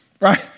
Right